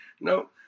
No